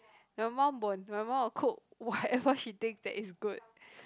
my mum won't my mum will cook whatever she think that is good